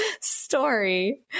story